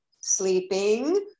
sleeping